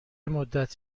مدت